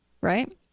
right